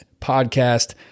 podcast